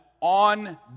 on